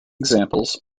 examples